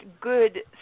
good